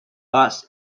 but